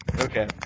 Okay